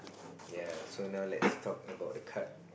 ya so now let's talk about the card